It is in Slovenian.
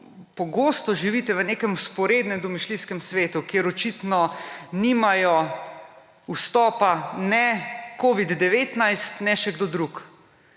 pogosto živite v nekem vzporednem, domišljijskem svetu, kjer očitno nimajo vstopa ne covid-19 ne še kdo drug,